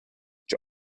each